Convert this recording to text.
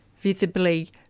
visibly